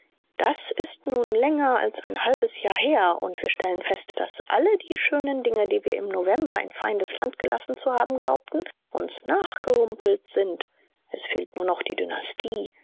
das ist nun länger als ein halbes jahr her und wir stellen fest daß alle die schönen dinge die wir im november in feindesland gelassen zu haben glaubten uns nachgehumpelt sind es fehlt nur noch die dynastie